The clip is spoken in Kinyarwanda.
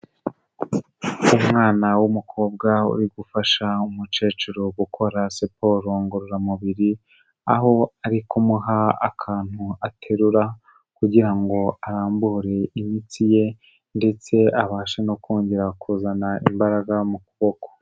Umwana w'umukobwa uri gufasha umukecuru gukora siporo ngororamubiri, aho ari kumuha akantu aterura kugira ngo arambure imitsi ye ndetse abashe no kongera kuzana imbaraga mu kuboko.